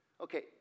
Okay